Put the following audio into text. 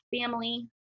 family